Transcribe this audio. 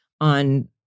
on